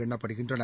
எண்ணப்படுகின்றன